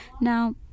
Now